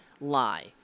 lie